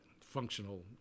functional